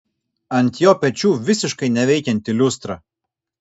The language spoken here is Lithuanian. ant jo pečių visiškai neveikianti liustra